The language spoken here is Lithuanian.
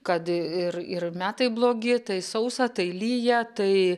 kad ir ir metai blogi tai sausa tai lyja tai